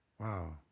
Wow